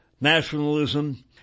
nationalism